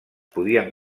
podien